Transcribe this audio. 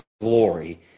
glory